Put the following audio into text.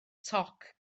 toc